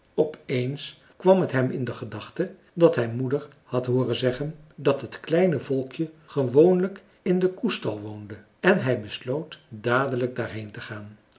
op eens kwam het hem in de gedachte dat hij moeder had hooren zeggen dat t kleine volkje gewoonlijk in den koestal woonde en hij besloot dadelijk daarheen te gaan